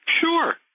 Sure